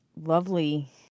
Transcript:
lovely